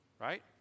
Right